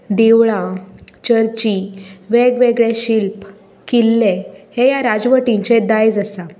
देवळां चर्ची वेगवेगळे शिल्प किल्ले हें ह्या राजवटींचे दायज आसा